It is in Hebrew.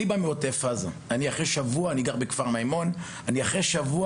אני גר בכפר מימון, בעוטף עזה.